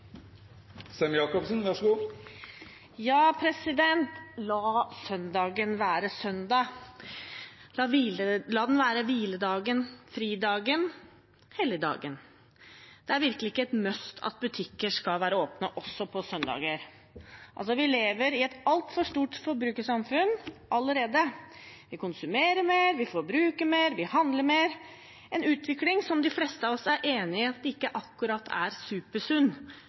virkelig ikke et «must» at butikker skal være åpne også på søndager. Vi lever i et altfor stort forbrukersamfunn allerede. Vi konsumerer mer, vi forbruker mer, vi handler mer – en utvikling som de fleste av oss er enig i at ikke akkurat er supersunn,